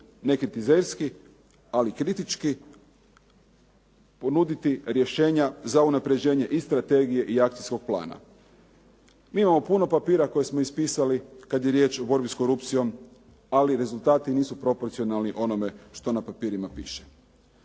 nekritizerski, ali kritički ponuditi rješenja za unapređenje i strategije i akcijskog plana. Mi imamo puno papira koje smo ispisali kad je riječ o borbi s korupcijom, ali rezultati nisu proporcionalni onome što na papirima piše.